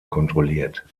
kontrolliert